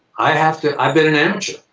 i have to. i've been an amateur.